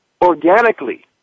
organically